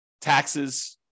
taxes